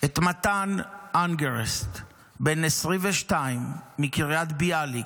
את מתן אנגרסט, בן 22 מקרית ביאליק.